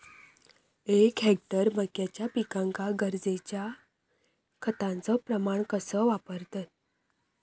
एक हेक्टर मक्याच्या पिकांका गरजेच्या खतांचो प्रमाण कसो वापरतत?